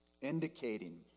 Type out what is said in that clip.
indicating